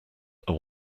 are